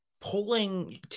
pulling